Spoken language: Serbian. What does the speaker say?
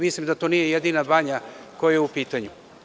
Mislim da to nije jedina banja koja je u pitanju.